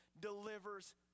delivers